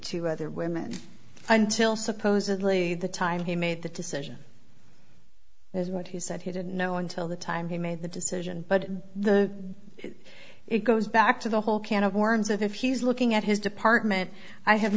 two other women until supposedly the time he made the decision is what he said he didn't know until the time he made the decision but the it goes back to the whole can of worms if he's looking at his department i have